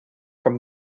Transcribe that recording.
from